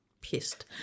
pissed